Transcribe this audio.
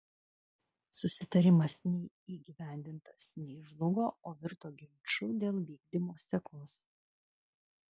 susitarimas nei įgyvendintas nei žlugo o virto ginču dėl vykdymo sekos